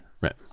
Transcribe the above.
Right